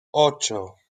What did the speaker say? ocho